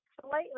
slightly